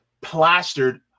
plastered